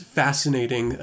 fascinating